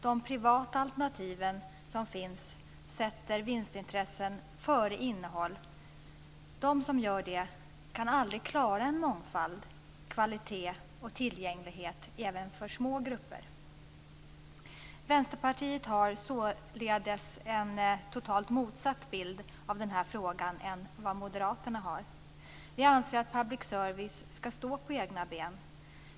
De privata alternativen sätter vinstintressen före innehåll. De som gör det kan aldrig klara mångfald, kvalitet och tillgänglighet även för små grupper. Vänsterpartiet har således en totalt motsatt bild av den här frågan till den som moderaterna har. Vi anser att public service ska stå på egna ben.